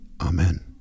Amen